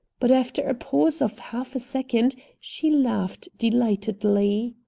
but after a pause of half a second she laughed delightedly.